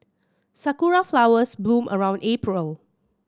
sakura flowers bloom around April